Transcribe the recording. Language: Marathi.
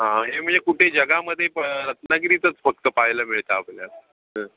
हां हे म्हणजे कुठे जगामध्ये प रत्नागिरीतच फक्त पाहायला मिळतं आपल्याला